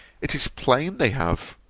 it is plain they have.